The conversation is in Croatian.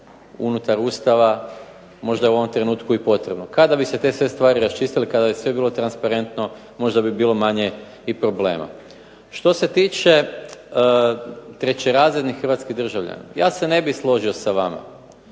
unutar Ustava možda u ovom trenutku i potrebno. Kada bi se te sve stvari raščistile, kada bi sve bilo transparentno možda bi bilo manje i problema. Što se tiče trećerazrednih hrvatskih državljana ja se ne bih složio sa vama.